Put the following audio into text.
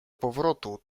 powrotu